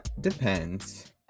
depends